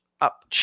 up